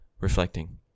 Reflecting